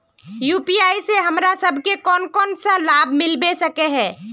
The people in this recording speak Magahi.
यु.पी.आई से हमरा सब के कोन कोन सा लाभ मिलबे सके है?